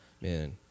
man